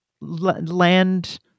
land